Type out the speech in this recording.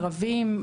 ערבים,